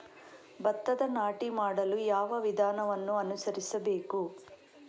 ಭತ್ತದ ನಾಟಿ ಮಾಡಲು ಯಾವ ವಿಧಾನವನ್ನು ಅನುಸರಿಸಬೇಕು?